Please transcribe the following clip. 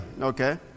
okay